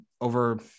over